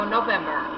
November